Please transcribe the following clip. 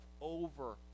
over